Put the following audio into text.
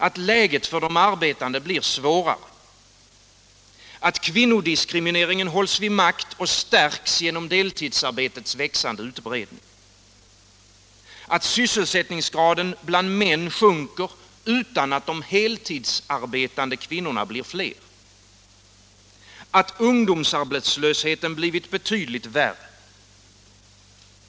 Att läget för arbetande blir svårare. Att kvinnodiskrimineringen hålls vid makt och stärks genom deltidsarbetets växande utbredning. Att sysselsättningsgraden bland män sjunker utan att de heltidsarbetande kvinnorna blir fler. Att ungdomsarbetslösheten blivit betydligt värre.